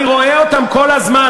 אני רואה אותם כל הזמן,